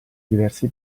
diversi